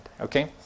Okay